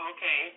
Okay